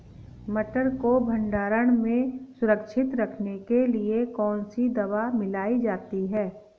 मटर को भंडारण में सुरक्षित रखने के लिए कौन सी दवा मिलाई जाती है?